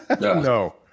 No